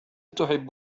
تحب